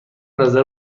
نظر